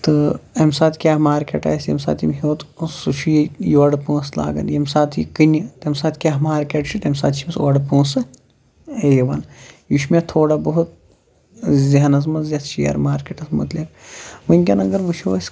تہٕ امہِ ساتہٕ کیٛاہ مارکیٹ آسہِ ییٚمہِ ساتہٕ أمۍ ہیوٚت سُہ چھُ یہِ یورٕ پۄنٛسہٕ لاگان ییٚمہِ ساتہٕ یہِ کٕنہِ تَمہِ ساتہٕ کیٛاہ مارکیٹ چھُ تَمہِ ساتہٕ چھِ أمِس اورٕ پۄنٛسہٕ یِوان یہِ چھُ مےٚ تھوڑا بہت ذہنَس منٛز یَتھ شیر مارکیٚٹَس مُتعلِق وُنکٮ۪ن اَگر وُچھَو أسۍ